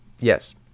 Yes